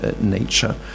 nature